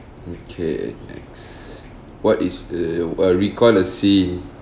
okay next what is err err recall a scene